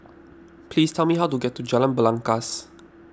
please tell me how to get to Jalan Belangkas